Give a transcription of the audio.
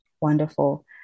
Wonderful